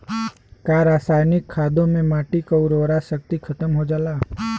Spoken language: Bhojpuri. का रसायनिक खादों से माटी क उर्वरा शक्ति खतम हो जाला?